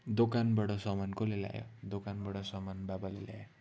दोकानबाट सामान कसले ल्यायो दोकानबाट सामान बाबाले ल्याए